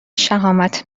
شهامت